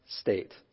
state